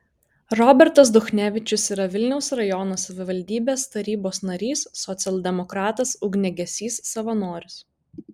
robertas duchnevičius yra vilniaus rajono savivaldybės tarybos narys socialdemokratas ugniagesys savanoris